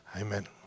Amen